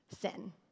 sin